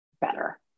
better